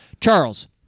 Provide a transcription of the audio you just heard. Charles